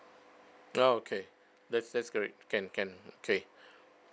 oh okay that's that's great can can okay